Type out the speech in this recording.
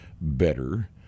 better